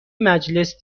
مجلس